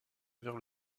vers